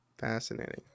Fascinating